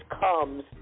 comes